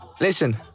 listen